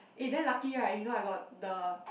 eh then lucky right you know I got the